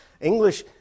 English